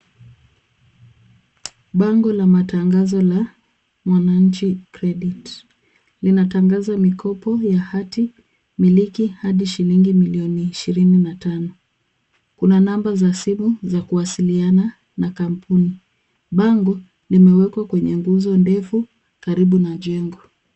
Bango la matangazo la mwananchi credit. Linatangaza mikopo ya hati miliki hadi shillingi millioni ishirini na tano. Kuna namba za simu za kuwasiliana na kampuni. Bango limewekwa kwenye nguzo ndefu, karibu na jengo.